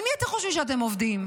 על מי אתם חושבים שאתם עובדים?